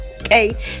Okay